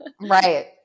Right